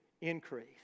increase